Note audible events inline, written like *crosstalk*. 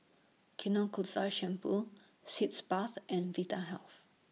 *unintelligible* Shampoo Sitz Bath and Vitahealth